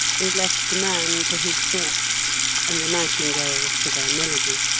and left the man to his thoughts and the nightingales to their melody.